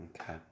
Okay